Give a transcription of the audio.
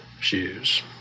shoes